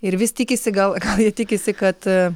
ir vis tikisi gal jie tikisi kad